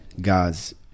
God's